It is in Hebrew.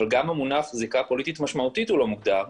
אבל גם המונח זיקה פוליטית משמעותית הוא לא מוגדר,